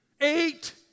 Eight